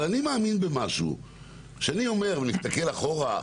אם אני מסתכל אחורה,